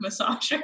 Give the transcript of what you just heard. massager